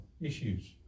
issues